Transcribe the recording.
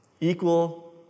equal